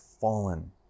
fallen